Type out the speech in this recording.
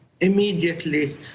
immediately